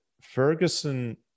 Ferguson